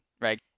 Right